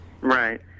Right